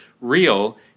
real